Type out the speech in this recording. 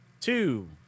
two